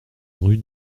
rue